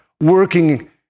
working